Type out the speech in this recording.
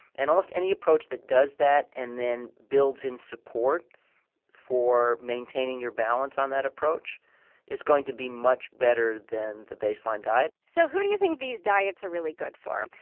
and almost any approach that does that and then builds in support for maintaining your balance on that approach is going to be much better than the baseline diet so who do you think these diets are really good for?